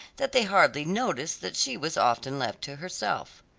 that they hardly noticed that she was often left to herself.